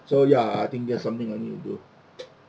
so ya I think that's something I need to do